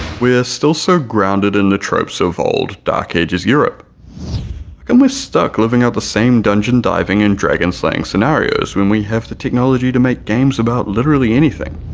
we're still so grounded in the tropes of old dark ages europe like and we're stuck living out the same dungeon diving and dragon slaying scenarios, when we have the technology to make games about literally anything?